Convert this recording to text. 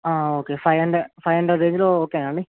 okay five hundred five hundred రేంజ్లో ఓకేనా అండి